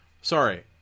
Sorry